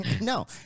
No